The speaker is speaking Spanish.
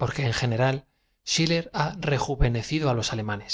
porque en general schiller ha rejuvenecido á los alemanes